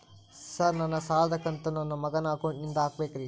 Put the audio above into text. Sir ನನ್ನ ಸಾಲದ ಕಂತನ್ನು ನನ್ನ ಮಗನ ಅಕೌಂಟ್ ನಿಂದ ಹಾಕಬೇಕ್ರಿ?